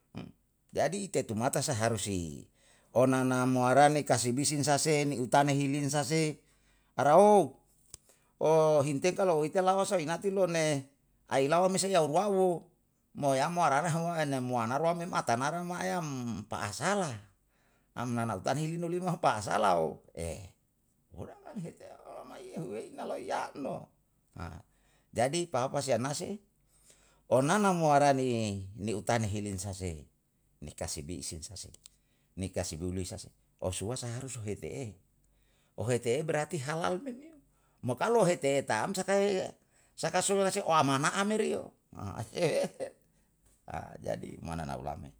jadi itetumata saharusi onana muarane kasibi sinsa sen ni utane hilin sa se, arao, ohinteka lou ite ilawa hinati lone ailawaa mesa rau uwa'uwo, mo yam mo hara hara ene muwanaru me matanara nae yam paasala, ma nanahutane hilo limahu paasalao, iyo. Umheka lawa mai yehuei naloiyam mo, jadi papase anase onana moarani ni utane hilinsase, ni kasibi isin sa se, ni kasibi lisa se, osuwosa harus ohete em. Ohete em berarti hala'ume, mo kalu ohete'e tam sakae sakasulo oamana'a meri yo, jadi mananau lau